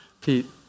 Pete